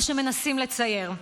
מה שמנסים לצייר.